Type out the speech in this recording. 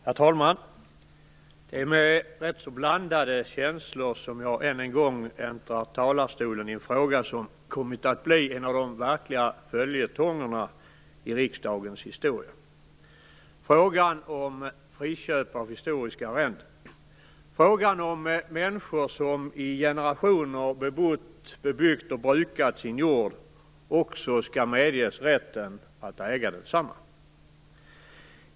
Herr talman! Det är med rätt blandade känslor som jag än en gång äntrar talarstolen i en fråga som kommit att bli en av de verkliga följetongerna i riksdagens historia, frågan om friköp av historiska arrenden. Det gäller om människor som i generationer bebott, bebyggt och brukat sin jord också skall medges rätten att äga densamma.